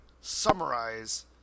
summarize